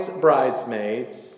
bridesmaids